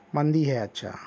مندی ہے اچھا